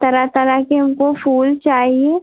तरह तरह के हमको फूल चाहिए